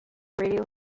radio